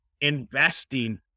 investing